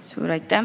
Suur aitäh!